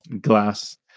glass